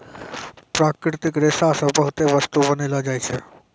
प्राकृतिक रेशा से बहुते बस्तु बनैलो जाय छै